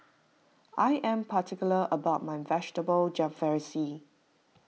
I am particular about my Vegetable Jalfrezi